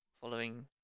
following